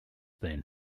then